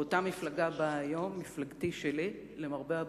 ואותה מפלגה באה היום, מפלגתי שלי, למרבה הבושה,